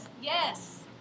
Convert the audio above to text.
Yes